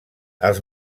els